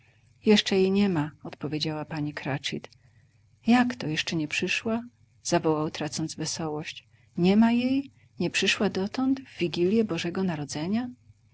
jeszcze jej niema odpowiedziała pani cratchit jakto jeszcze nie przyszła zawołał tracąc wesołość niema jej nie przyszła dotąd w wigilję bożego narodzenia